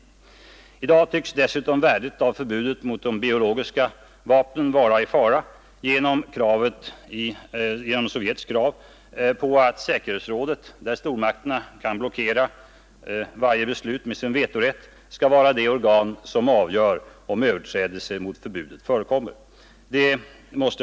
I dag tycks dessutom värdet av förbudet mot de biologiska vapnen vara i fara genom Sovjets krav på att säkerhetsrådet, där stormakterna kan blockera varje beslut med sin vetorätt, skall vara det organ som avgör om överträdelse mot förbudet har förekommit.